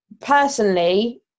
personally